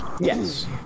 Yes